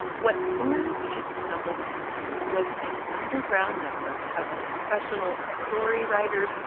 what lawrence had stumbled into was an underground network of professional story writers,